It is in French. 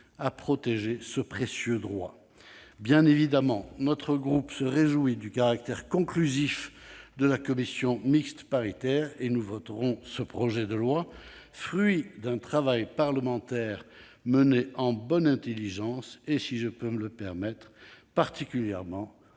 à protéger ce précieux droit ! Bien évidemment, mon groupe se réjouit du caractère conclusif de la commission mixte paritaire et votera ce projet de loi, fruit d'un travail parlementaire mené en bonne intelligence, tout particulièrement